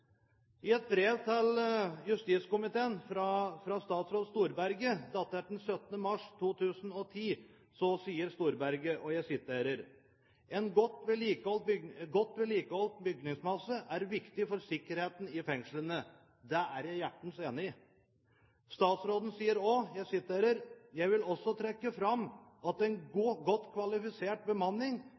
I et brev til justiskomiteen fra statsråd Storberget, datert 17. mars 2010, sier Storberget: «En godt vedlikeholdt bygningsmasse er viktig for sikkerheten i fengslene.» Det er jeg hjertens enig i. Statsråden sier også: «Jeg vil også trekke frem at en godt kvalifisert bemanning